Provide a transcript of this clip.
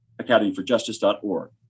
academyforjustice.org